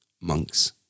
monks